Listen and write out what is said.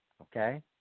Okay